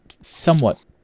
somewhat